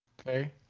Okay